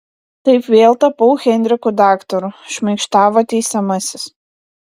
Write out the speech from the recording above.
taip vėl tapau henriku daktaru šmaikštavo teisiamasis